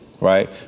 right